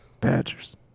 Badgers